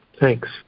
Thanks